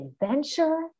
adventure